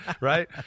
Right